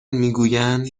میگویند